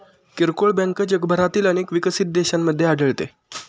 किरकोळ बँक जगभरातील अनेक विकसित देशांमध्ये आढळते